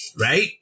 right